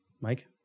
Mike